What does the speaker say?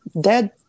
dead